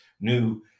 new